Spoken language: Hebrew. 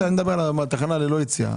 אני מדבר על ללא תחנת יציאה.